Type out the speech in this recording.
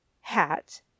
hat